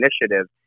initiative